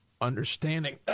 Understanding